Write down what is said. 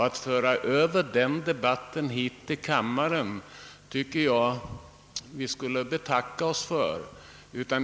Att föra över den debatten hit till kammaren tycker jag vi skall betacka oss för.